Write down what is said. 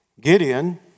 Gideon